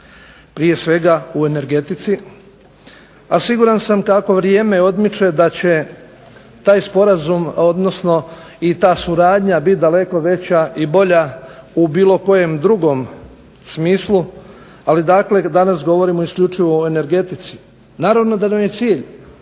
prije svega u energetici, a siguran sam kako vrijeme odmiče da će taj sporazum, odnosno i ta suradnja biti daleko veća i bolja u bilo kojem drugom smislu. Ali dakle, danas govorimo isključivo o energetici. Naravno da nam je cilj